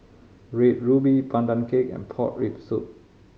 Red Ruby Pandan Cake and pork rib soup